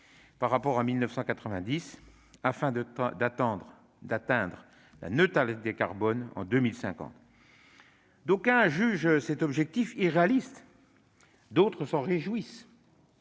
par rapport à 1990, afin d'atteindre la neutralité carbone en 2050. D'aucuns jugent cet objectif irréaliste ; d'autres s'en réjouissent.